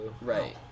right